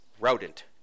rodent